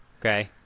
Okay